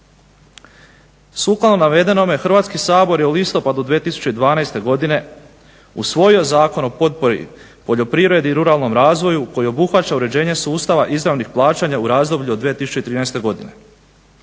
Sukladno navedenome Hrvatski sabor je u listopadu 2012. godine usvojio Zakon o potpori poljoprivredi, ruralnom razvoju koji obuhvaća uređenje sustava izravnih plaćanja u razdoblju od 2013. godine,